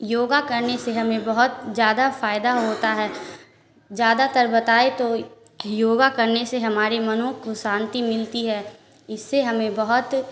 योगा करने से हमें बहुत ज्यादा फायदा होता है ज्यादातर बताएँ तो योगा करने से हमारे मनो को शान्ति मिलती है इससे हमें बहुत